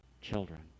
children